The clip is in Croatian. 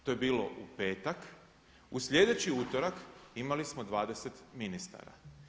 To je bilo u petak, u sljedeći utorak imali smo 20 ministara.